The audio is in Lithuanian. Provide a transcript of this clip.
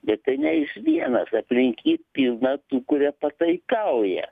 bet tai ne jis vienas aplink jį pilna tų kurie pataikauja